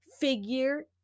figure